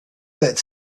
that